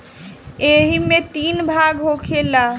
ऐइमे तीन भाग होखेला